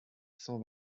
cent